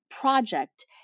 project